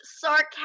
sarcastic